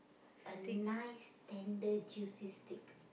a nice tender juicy steak